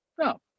No